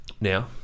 Now